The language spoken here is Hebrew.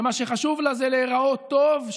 שמה שחשוב לה זה להיראות טוב,